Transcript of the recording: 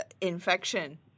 infection